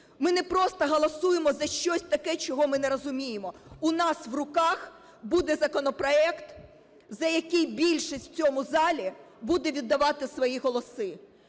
ми не просто голосуємо за щось таке, чого ми не розуміємо. У нас у руках буде законопроект, за який більшість у цьому залі буде віддавати свої голоси.